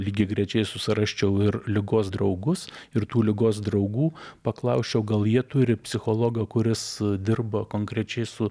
lygiagrečiai susirasčiau ir ligos draugus ir tų ligos draugų paklausčiau gal jie turi psichologą kuris dirba konkrečiai su